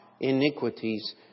iniquities